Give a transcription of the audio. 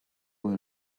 will